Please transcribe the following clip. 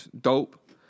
dope